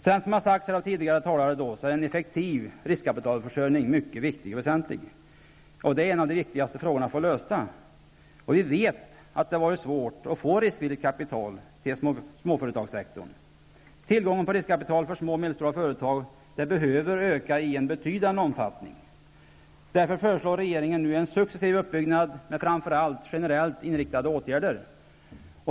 Som sagts av tidigare talare är en effektiv riskkapitalförsörjning mycket viktig och väsentlig. Det är en av de viktigaste frågorna att få lösta. Vi vet att det har varit svårt att få riskvilligt kapital till småföretagssektorn. Tillgången på riskkapital för små och medelstora företag behöver öka i en betydande omfattning. Därför föreslår regeringen nu en succesiv uppbyggnad med framför allt generellt inriktade åtgärder.